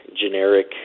generic